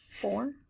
four